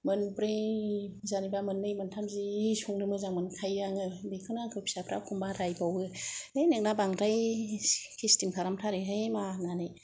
मोनब्रै जेनोबा मोननै मोनथाम जि संनो मोजां मोनखायो आङो बेखौनो आंखौ फिसाफ्रा एखम्बा रायबावो है नोंना बांद्राय सिस्टेम खालामथारो हाय मा होननानै